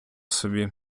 собі